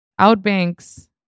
Outbanks